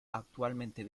actualmente